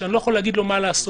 שאני לא יכול להגיד לו מה לעשות,